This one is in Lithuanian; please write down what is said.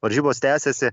varžybos tęsiasi